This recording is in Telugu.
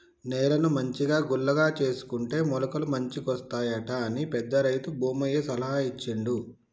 నేలను మంచిగా గుల్లగా చేసుకుంటే మొలకలు మంచిగొస్తాయట అని పెద్ద రైతు భూమయ్య సలహా ఇచ్చిండు